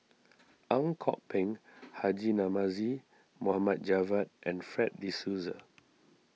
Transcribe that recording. Ang Kok Peng Haji Namazie Mohamed Javad and Fred De Souza